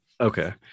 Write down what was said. okay